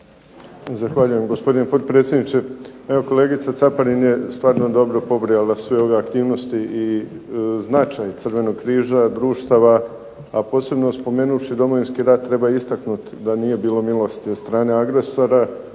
Zahvaljujem gospodine potpredsjedniče. Evo kolegica Caparin je stvarno dobro pobrojala sve ove aktivnosti i značaj Crvenog križa, društava, a posebno spomenuvši Domovinski rat treba istaknut da nije bilo milosti od strane agresora